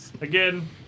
again